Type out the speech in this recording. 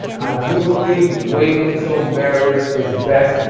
i do believe waiting till marriage is best.